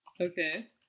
Okay